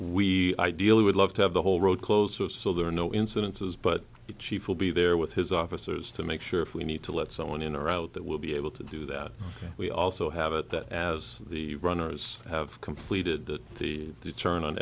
we ideally would love to have the whole road closed source so there are no incidences but the chief will be there with his officers to make sure if we need to let someone in or out that we'll be able to do that we also have at that as the runners have completed the return on